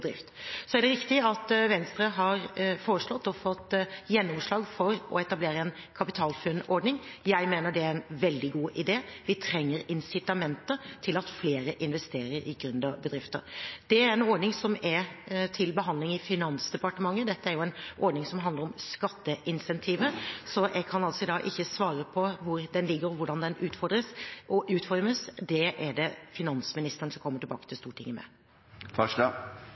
Så er det riktig at Venstre har foreslått og fått gjennomslag for å etablere en KapitalFUNN-ordning. Jeg mener det er en veldig god idé. Vi trenger incitamenter til at flere investerer i gründerbedrifter. Det er en ordning som er til behandling i Finansdepartementet – dette er jo en ordning som handler om skatteincentiver – så jeg kan ikke svare på hvor den ligger, og hvordan den utformes. Det er det finansministeren som kommer tilbake til Stortinget